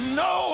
no